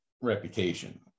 reputation